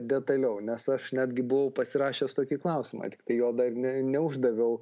detaliau nes aš netgi buvau pasirašęs tokį klausimą tiktai jo dar ne neuždaviau